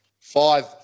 Five